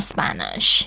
Spanish